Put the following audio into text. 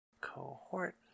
Cohort